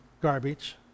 garbage